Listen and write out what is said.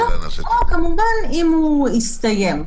או כמובן אם הוא הסתיים,